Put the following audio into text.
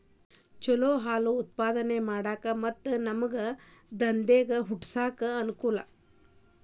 ಚಲೋ ಹಾಲ್ ಉತ್ಪಾದನೆ ಮಾಡಾಕ ಮತ್ತ ನಮ್ಗನಾವ ದಂದೇಗ ಹುಟ್ಸಾಕ ಅನಕೂಲ